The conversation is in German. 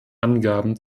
angaben